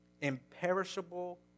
Imperishable